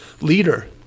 leader